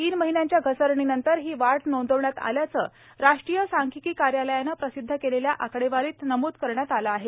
तीन महिन्याच्या घसरणीनंतर ही वाढ नोंदवण्यात आल्याचं राष्ट्रीय सांख्यिकी कार्यालयानं प्रसिद्ध केलेल्या आकडेवारीत नमूद करण्यात आलं आहे